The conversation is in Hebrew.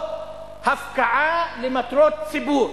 או הפקעה למטרות ציבור,